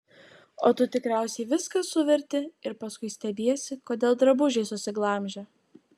o tu tikriausiai viską suverti ir paskui stebiesi kodėl drabužiai susiglamžę